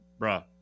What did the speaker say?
Bruh